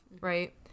right